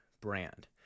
brand